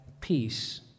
peace